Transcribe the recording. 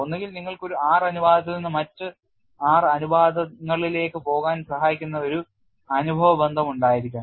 ഒന്നുകിൽ നിങ്ങൾക്ക് ഒരു R അനുപാതത്തിൽ നിന്ന് മറ്റ് R അനുപാതങ്ങളിലേക്ക് പോകാൻ സഹായിക്കുന്ന ഒരു അനുഭവ ബന്ധം ഉണ്ടായിരിക്കണം